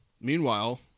Meanwhile